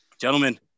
gentlemen